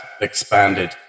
expanded